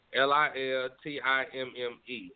L-I-L-T-I-M-M-E